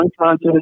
unconscious